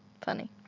Funny